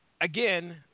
again